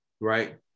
right